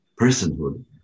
personhood